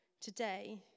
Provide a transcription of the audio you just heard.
today